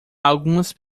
algumas